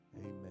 Amen